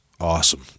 awesome